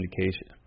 indication